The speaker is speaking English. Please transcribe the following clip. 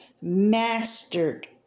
mastered